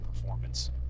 performance